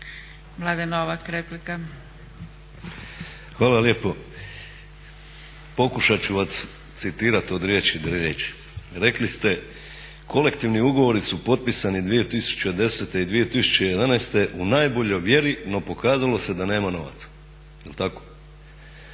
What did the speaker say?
Mladen (Nezavisni)** Hvala lijepo. Pokušat ću vas citirat od riječi do riječi. Rekli ste: "Kolektivni ugovori su potpisani 2010. i 2011. u najboljoj vjeri no pokazalo se da nema novaca." Jel' tako?